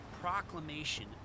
proclamation